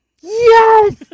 Yes